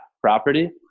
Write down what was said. property